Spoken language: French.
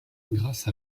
grâce